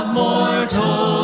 mortal